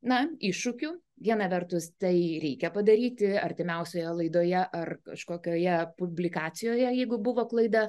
na iššūkių viena vertus tai reikia padaryti artimiausioje laidoje ar kažkokioje publikacijoje jeigu buvo klaida